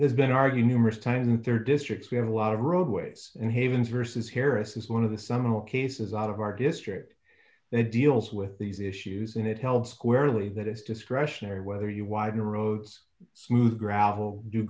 has been argued numerous times in rd districts we have a lot of roadways and havens versus harris is one of the seminal cases out of our district that deals with these issues and it helps squarely that is discretionary whether you widen roads smooth gravel d